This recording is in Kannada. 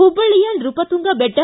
ಹುಬ್ಬಳ್ಳಯ ನೃಪತುಂಗ ಬೆಟ್ಟ